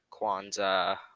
Kwanzaa